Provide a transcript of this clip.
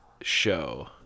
show